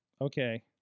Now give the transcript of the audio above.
Okay